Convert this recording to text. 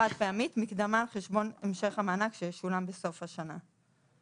חד פעמית מקדמה על חשבון המשך המענק שישולם בסוף השנה.